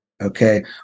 Okay